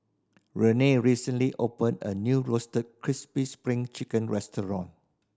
Rae recently opened a new Roasted Crispy Spring Chicken restaurant